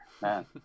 man